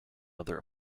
other